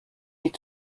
need